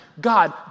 God